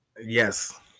Yes